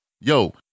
Yo